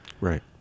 Right